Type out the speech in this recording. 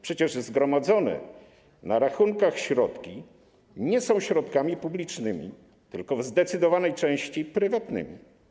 Przecież zgromadzone na rachunkach środki nie są środkami publicznymi, tylko w zdecydowanej części prywatnymi.